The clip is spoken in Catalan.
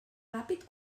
ràpid